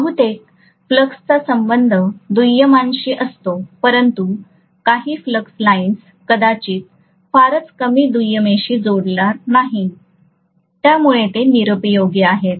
बहुतेक फ्लक्सचा संबंध दुय्यमांशी असतो परंतु काही फ्लक्स लाईन्स कदाचित फारच कमी दुय्यमेशी जोडणार नाहीत त्यामुळे ते निरुपयोगी आहेत